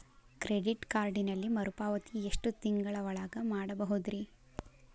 Credit ಕಾರ್ಡಿನಲ್ಲಿ ಮರುಪಾವತಿ ಎಷ್ಟು ತಿಂಗಳ ಒಳಗ ಮಾಡಬಹುದ್ರಿ?